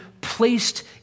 placed